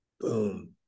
boom